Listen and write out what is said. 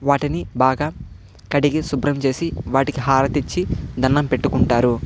వాటిని బాగా కడిగి శుభ్రం చేసి వాటికి హారతి ఇచ్చి దండం పెట్టుకుంటారు